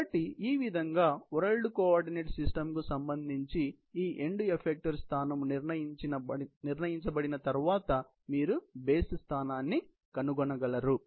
కాబట్టి ఈవిధంగా world coordinate system కు సంబంధించి ఈ ఎండ్ ఎఫెక్టార్ స్థానం నిర్ణయించబడిన తర్వాత మీరు బేస్ స్థానాన్ని కనుగొనగలరు